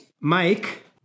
Mike